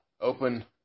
Open